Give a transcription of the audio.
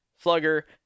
Slugger